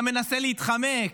אתה מנסה להתחמק,